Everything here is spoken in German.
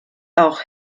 auch